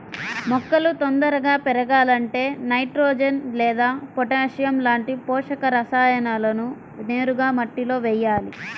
మొక్కలు తొందరగా పెరగాలంటే నైట్రోజెన్ లేదా పొటాషియం లాంటి పోషక రసాయనాలను నేరుగా మట్టిలో వెయ్యాలి